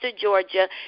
Georgia